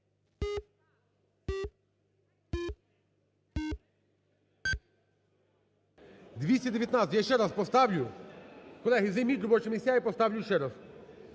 За-219 Я ще раз поставлю. Колеги, займіть робочі місця, я поставлю ще раз.